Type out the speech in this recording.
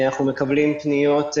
אנחנו מקבלים פניות,